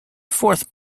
fourth